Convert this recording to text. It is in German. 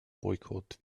boykott